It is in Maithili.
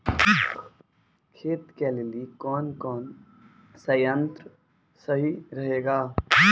खेती के लिए कौन कौन संयंत्र सही रहेगा?